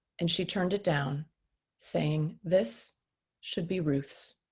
and she turned it down saying, this should be ruth's.